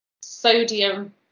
sodium